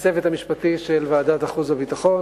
לצוות המשפטי של ועדת החוץ והביטחון